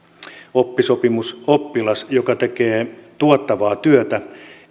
oppisopimusoppilas joka tekee tuottavaa työtä